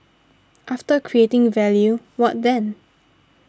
after creating value what then